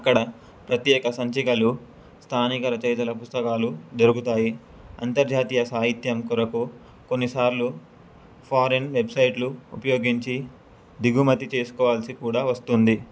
అక్కడ ప్రత్యేక సంచికలు స్థానిక రచయితల పుస్తకాలు దొరుకుతాయి అంతర్జాతీయ సాహిత్యం కొరకు కొన్నిసార్లు ఫారిన్ వెబ్సైట్లు ఉపయోగించి దిగుమతి చేసుకోవాల్సి కూడా వస్తుంది